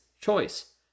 choice